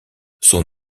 son